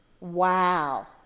wow